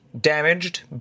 damaged